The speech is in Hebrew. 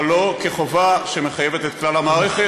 אבל לא כחובה שמחייבת את כלל המערכת.